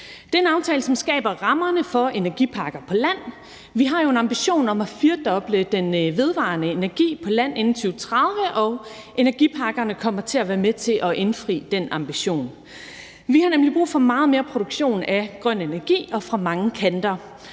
Det er en aftale, som skaber rammerne for energiparker på land. Vi har jo en ambition om at firdoble den vedvarende energi på land inden 2030, og energiparkerne kommer til at være med til at indfri den ambition. Vi har nemlig brug for meget mere produktion af grøn energi og fra mange kanter,